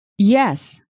Yes